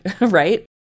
right